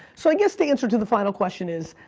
so i guess the answer to the final question is,